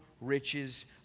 riches